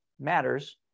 matters